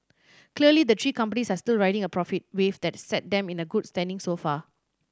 clearly the three companies are still riding a profit wave that set them in the good standing so far